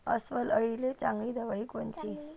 अस्वल अळीले चांगली दवाई कोनची?